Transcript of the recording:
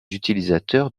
utilisateurs